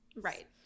Right